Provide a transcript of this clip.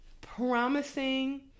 promising